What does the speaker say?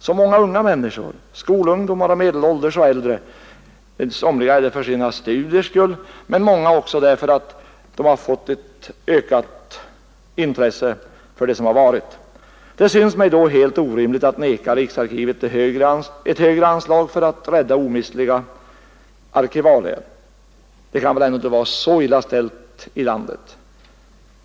Skolungdomar, unga människor, medelålders och äldre sitter där vid forskarborden; somliga för sina studiers skull men många också därför att de har fått ett ökat intresse för det som varit. Det syns mig då helt orimligt att neka riksarkivet ett högre anslag för att rädda omistliga arkivalier. Det kan inte vara så illa ställt ekonomiskt här i landet.